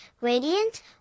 radiant